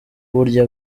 uburyo